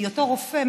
בהיותו רופא,